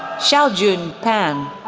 xiaojun pan,